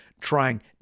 trying